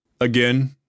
Again